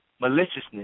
maliciousness